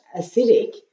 acidic